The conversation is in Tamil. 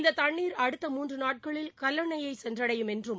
இந்த தண்ணீர் அடுத்த மூன்று நாட்களில் கல்லணையை சென்றடையும் என்றும்